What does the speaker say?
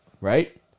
right